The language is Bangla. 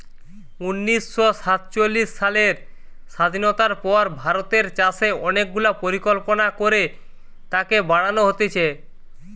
উনিশ শ সাতচল্লিশ সালের স্বাধীনতার পর ভারতের চাষে অনেক গুলা পরিকল্পনা করে তাকে বাড়ান হতিছে